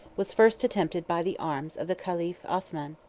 was first attempted by the arms of the caliph othman.